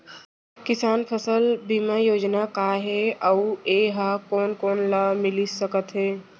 किसान फसल बीमा योजना का हे अऊ ए हा कोन कोन ला मिलिस सकत हे?